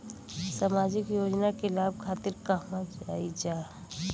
सामाजिक योजना के लाभ खातिर कहवा जाई जा?